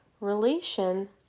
Relation